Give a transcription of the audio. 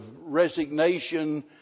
resignation